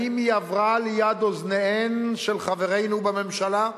האם היא עברה ליד אוזניהם של חברינו בממשלה?